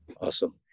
Awesome